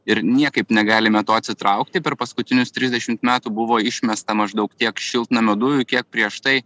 ir niekaip negalime to atsitraukti per paskutinius trisdešimt metų buvo išmesta maždaug tiek šiltnamio dujų kiek prieš tai